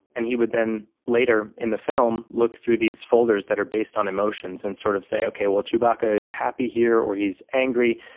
and he would then later in the film would look through these folders that are based on emotions and sort of say, okay well chewbacca is happy here or he's angry,